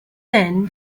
then